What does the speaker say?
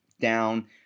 down